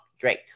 great